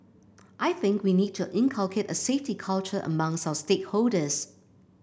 I think we need to inculcate a safety culture amongst our stakeholders